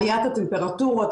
עליית הטמפרטורות,